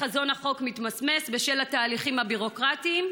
חזון החוק מתמסמס בשל התהליכים הביורוקרטיים.